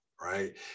right